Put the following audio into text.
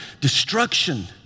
destruction